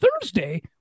Thursday